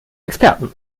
experten